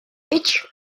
each